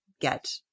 get